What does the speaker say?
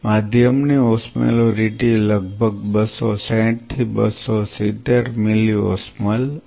માધ્યમની ઓસ્મોલેરિટી લગભગ 260 થી 270 મિલિઓસ્મોલ્સ છે